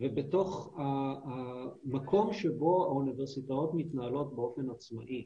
ובתוך המקום שבו האוניברסיטאות מתנהלות באופן עצמאי,